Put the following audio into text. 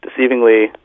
deceivingly